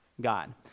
God